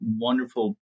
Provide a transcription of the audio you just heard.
wonderful